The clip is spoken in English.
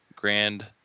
Grand